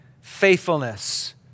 faithfulness